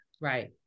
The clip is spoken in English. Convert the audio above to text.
Right